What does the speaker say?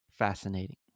fascinating